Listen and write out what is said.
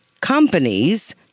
companies